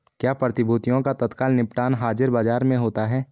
क्या प्रतिभूतियों का तत्काल निपटान हाज़िर बाजार में होता है?